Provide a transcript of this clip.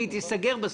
והיא תיסגר בסוף,